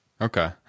Okay